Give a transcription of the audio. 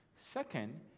Second